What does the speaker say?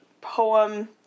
poem